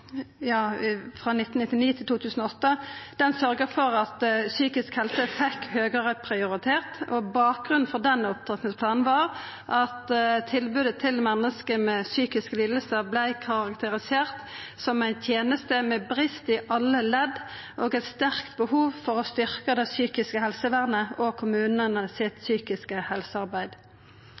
frå 1999 til 2008 sørgde for at psykisk helse fekk høgare prioritet, og bakgrunnen for opptrappingsplanen var at tilbodet til menneske med psykiske lidingar vart karakterisert som ei teneste med brest i alle ledd og eit sterkt behov for å styrkja det psykiske helsevernet og det psykiske helsearbeidet i kommunane.